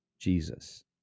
Jesus